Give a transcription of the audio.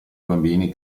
bambini